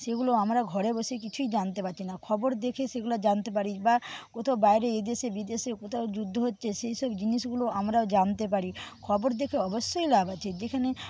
সেগুলো আমরা ঘরে বসে কিছুই জানতে পারছি না খবর দেখে সেগুলো জানতে পারি বা কোথাও বাইরে এদেশে বিদেশ কোথাও যুদ্ধ হচ্ছে সেইসব জিনিসগুলো আমরাও জানতে পারি খবর দেখে অবশ্যই লাভ আছে যেখানে